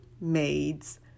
maids